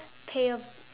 payab~